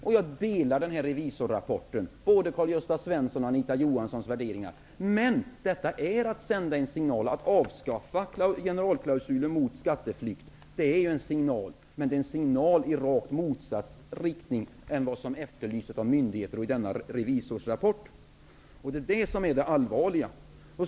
Jag instämmer i den här rapporten från riksdagens revisorer och med både Karl-Gösta Svensons och Anita Johanssons värderingar. Regeringen har alltså sänt en signal om att avskaffa generalklausulen, men det är en signal i rakt motsatt riktning mot vad som efterlyses av myndigheter och av denna rapport. Det är det som är det allvarliga.